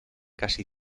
casi